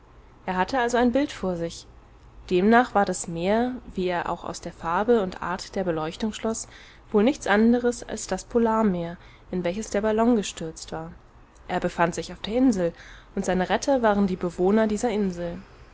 er hatte also ein bild vor sich demnach war das meer wie er auch aus der farbe und art der beleuchtung schloß wohl nichts anderes als das polarmeer in welches der ballon gestürzt war er befand sich auf der insel und seine retter waren die bewohner dieser insel